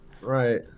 Right